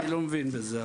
אני לא מבין בזה,